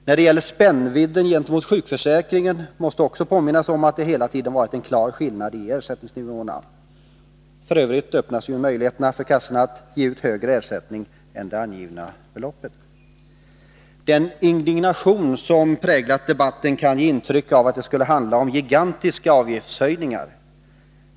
När det gäller spännvidden gentemot sjukförsäkringen måste också påminnas om att det hela tiden varit en klar skillnad i ersättningsnivåerna. F. ö. öppnas nu möjligheten för kassorna att ge ut högre ersättning än det angivna beloppet. Den indignation som präglat debatten kan ge intryck av att det skulle handla om gigantiska avgiftshöjningar.